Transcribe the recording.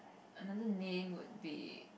another name would be